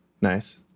Nice